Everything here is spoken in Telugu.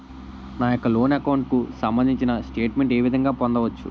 నా యెక్క లోన్ అకౌంట్ కు సంబందించిన స్టేట్ మెంట్ ఏ విధంగా పొందవచ్చు?